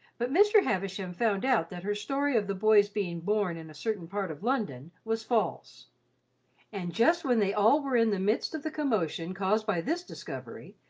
but mr. havisham found out that her story of the boy's being born in a certain part of london was false and just when they all were in the midst of the commotion caused by this discovery,